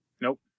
Nope